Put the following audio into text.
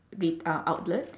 ret~ uh outlet